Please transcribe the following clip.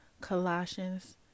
Colossians